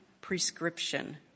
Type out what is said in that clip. prescription